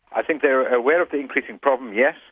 i think they're aware of the increasing problem, yes.